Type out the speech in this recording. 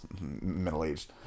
middle-aged